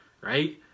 right